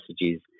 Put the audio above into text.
messages